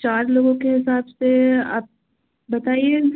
चार लोगों के हिसाब से आप बताइए